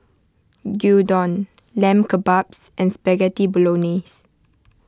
Gyudon Lamb Kebabs and Spaghetti Bolognese